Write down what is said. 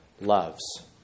loves